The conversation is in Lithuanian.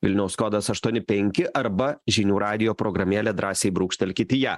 vilniaus kodas aštuoni penki arba žinių radijo programėlė drąsiai brūkštelkit į ją